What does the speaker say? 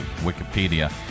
Wikipedia